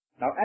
now